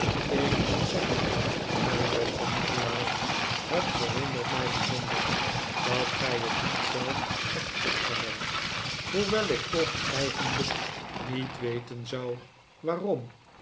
ik moet zeggen mijn beste nikolaas het verwondert mij bijzonder dat gij het niet zelf hebt opgemerkt hoewel ik toch ook eigenlijk niet weten zou waarom